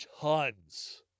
tons